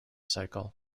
cycle